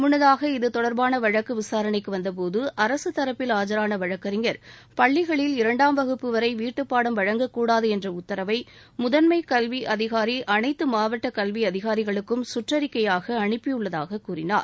முன்னதாக இது தொடர்பான வழக்கு விசாரணைக்கு வந்தபோது அரசு தரப்பில் ஆஜரான வழக்கறிஞர் பள்ளிகளில் இரண்டாம் வகுப்பு வரை வீட்டுப்பாடம் வழங்கக்கூடாது என்ற உத்தரவை முதன்மைக் கல்வி அதிகார் அனைத்து மாவட்ட கல்வி அதிகாரிகளுக்கும் சுற்றறிக்கையாக அனுப்பியுள்ளதாகக் கூறினார்